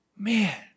Man